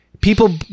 people